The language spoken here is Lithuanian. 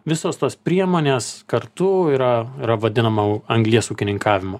visos tos priemonės kartu yra yra vadinama anglies ūkininkavimu